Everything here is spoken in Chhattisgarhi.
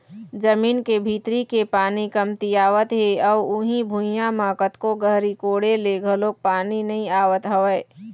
जमीन के भीतरी के पानी कमतियावत हे अउ उही भुइयां म कतको गहरी कोड़े ले घलोक पानी नइ आवत हवय